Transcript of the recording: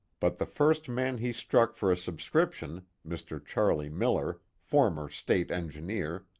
but the first man he struck for a subscription, mr. charlie miller, former state engineer,